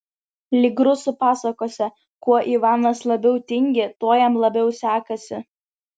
lyg rusų pasakose kuo ivanas labiau tingi tuo jam labiau sekasi